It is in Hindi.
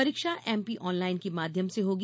परीक्षा एमपीअहनलाइन के माध्यम से होगी